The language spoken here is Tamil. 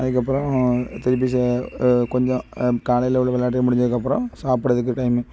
அதுக்கப்பறம் திருப்பி சே கொஞ்சம் காலையில் உள்ள விளையாட்டு முடிஞ்சதுக்கப்பறம் சாப்பிட்றதுக்கு டைம்